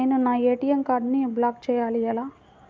నేను నా ఏ.టీ.ఎం కార్డ్ను బ్లాక్ చేయాలి ఎలా?